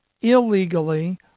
illegally